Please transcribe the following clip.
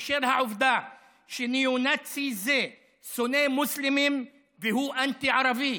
בשל העובדה שניאו-נאצי זה שונא מוסלמים והוא אנטי-ערבי.